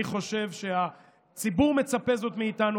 אני חושב שהציבור מצפה זאת מאיתנו,